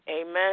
Amen